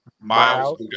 Miles